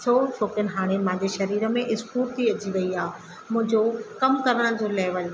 छो छो किन हाणे मुंहिंजे शरीर में स्फुर्ती अची वई आहे मुंहिंजो कम करण जो लैवल